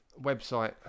website